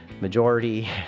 majority